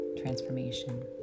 transformation